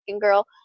girl